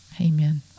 Amen